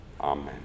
Amen